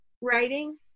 writing